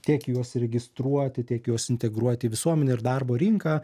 tiek juos registruoti tiek juos integruoti į visuomenę ir darbo rinką